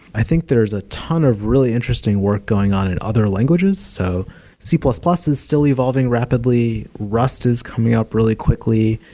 i think there's a ton of really interesting work going on in other languages. so c plus plus is still evolving rapidly. rust is coming up really quickly.